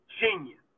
genius